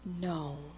No